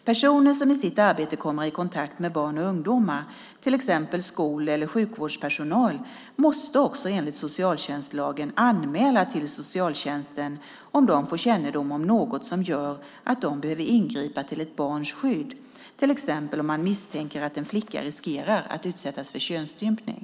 Personer som i sitt arbete kommer i kontakt med barn och ungdomar, till exempel skol eller sjukvårdspersonal, måste också enligt socialtjänstlagen anmäla till socialtjänsten om de får kännedom om något som gör att de behöver ingripa till ett barns skydd, till exempel om man misstänker att en flicka riskerar att utsättas för könsstympning.